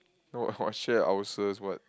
no ulcers what